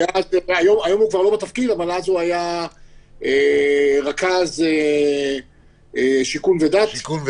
היום הוא כבר לא מתפקיד אבל אז הוא רכז שיכון ודת.